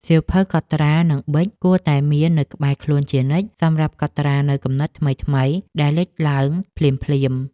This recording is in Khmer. សៀវភៅកត់ត្រា និងប៊ិច គួរតែមាននៅក្បែរខ្លួនជានិច្ចសម្រាប់កត់ត្រានូវគំនិតថ្មីៗដែលលេចឡើងភ្លាមៗ។